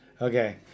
Okay